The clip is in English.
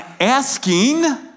asking